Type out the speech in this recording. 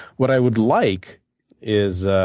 what i would like is ah